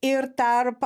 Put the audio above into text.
ir tarp